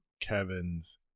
Kevin's